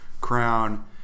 Crown